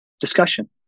discussion